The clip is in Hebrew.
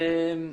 אנחנו